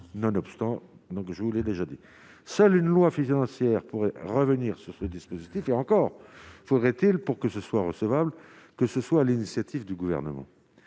nonobstant, donc je vous l'ai déjà dit, seule une loi financière pourrait revenir sur ce dispositif est encore faudrait-il pour que ce soit recevable, que ce soit à l'initiative du gouvernement